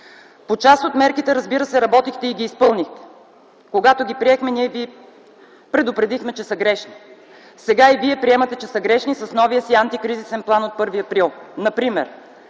По част от мерките, разбира се, работихте и ги изпълнихте. Когато ги приехме, ние ви предупредихме, че са грешни. Сега и Вие приемате, че са грешни с новия си Антикризисен план от 1 април. Например: